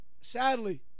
sadly